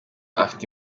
afite